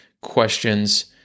questions